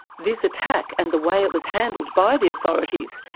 this attack and the way it was handled by the authorities,